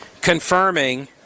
confirming